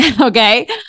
okay